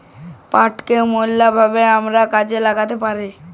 পাটকে ম্যালা ভাবে আমরা কাজে ল্যাগ্যাইতে পারি